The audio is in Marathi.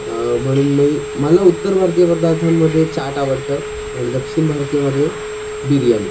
म्हणून मी मला उत्तर भारतीय पदार्थांमध्ये चाट आवडतं आणि दक्षिण भारतीयमध्ये बिर्याणी